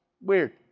Weird